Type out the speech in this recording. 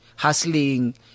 hustling